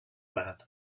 man